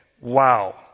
Wow